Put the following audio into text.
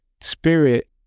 spirit